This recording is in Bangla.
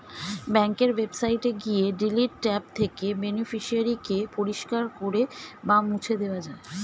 ব্যাঙ্কের ওয়েবসাইটে গিয়ে ডিলিট ট্যাব থেকে বেনিফিশিয়ারি কে পরিষ্কার করে বা মুছে দেওয়া যায়